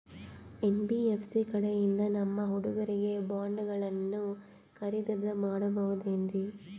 NBFC ಕಡೆಯಿಂದ ನಮ್ಮ ಹುಡುಗರಿಗೆ ಬಾಂಡ್ ಗಳನ್ನು ಖರೀದಿದ ಮಾಡಬಹುದೇನ್ರಿ?